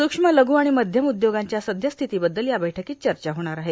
सुक्ष्म लघ् आणि मध्यम उद्योगांच्या सद्यस्थितीबद्दल या बैठकीत चर्चा होणार आहे